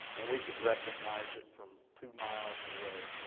and we could recognize it from two miles away.